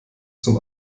zum